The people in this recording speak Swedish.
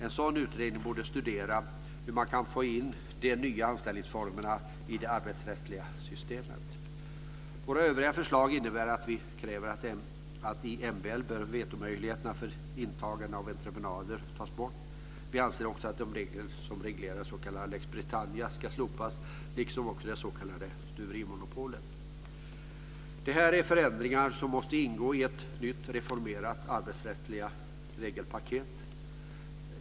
En sådan utredning borde studera hur man kan få in de nya anställningsformerna i det arbetsrättsliga systemet. Våra övriga förslag innebär att vi kräver att vetomöjligheterna för intagande av entreprenader bör tas bort i MBL. Vi anser också att de regler som reglerar den s.k. lex Britannia ska slopas, liksom också det s.k. stuverimonopolet. Det här är förändringar som måste ingå i ett nytt reformerat arbetsrättsligt regelpaket.